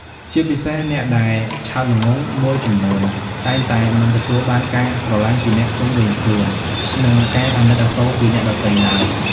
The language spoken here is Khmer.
ជាពិសេសអ្នកដែលឆោតល្ងង់មួយចំនួន តែងតែមិនទទួលបានការស្រឡាញ់ពីអ្នកជុំវិញខ្លួន និងការអាណិតអាសូរពីអ្នកដទៃទ្បើយ។